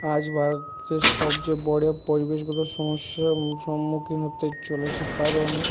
আজ ভারত যে সবচেয়ে বড়ো পরিবেশগত সমস্যার সম্মুখীন হতে চলেছে কারণ